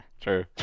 true